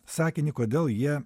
sakinį kodėl jie